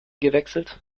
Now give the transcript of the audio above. gewechselt